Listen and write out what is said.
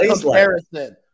comparison